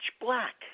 black